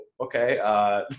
okay